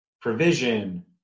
provision